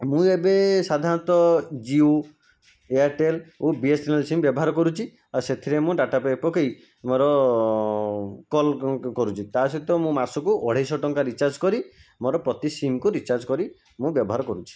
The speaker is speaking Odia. ମୁଁ ଏବେ ସାଧାରଣତଃ ଜିଓ ଏୟାରଟେଲ୍ ଓ B S N L SIM ବ୍ୟବହାର କରୁଛି ଓ ସେଥିରେ ମୁଁ ଡ଼ାଟା ପ୍ୟାକ୍ ପକେଇ ମୋର କଲ୍ କରୁଛି ତା ସହିତ ମୁଁ ମାସକୁ ଅଢ଼େଇଶହ ଟଙ୍କା ରିଚାର୍ଜ କରି ମୋର ପ୍ରତି ସିମ୍କୁ ରିଚାର୍ଜ କରି ମୁଁ ବ୍ୟବହାର କରୁଛି